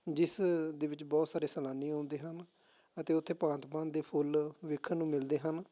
ਜਿਸ ਦੇ ਵਿੱਚ ਬਹੁਤ ਸਾਰੇ ਸੈਲਾਨੀ ਆਉਂਦੇ ਹਨ ਅਤੇ ਉੱਥੇ ਭਾਂਤ ਭਾਂਤ ਦੇ ਫੁੱਲ ਦੇਖਣ ਨੂੰ ਮਿਲਦੇ ਹਨ